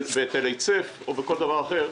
בהיטל היצף או בכל דבר אחר.